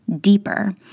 deeper